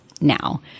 now